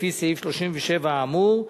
לפי סעיף 37 האמור.